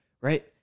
right